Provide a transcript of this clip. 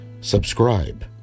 subscribe